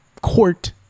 court